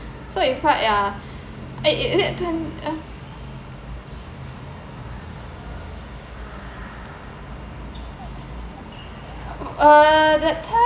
so is quite ah is it twen~ uh uh that time